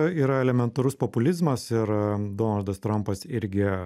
yra elementarus populizmas ir donaldas trampas irgi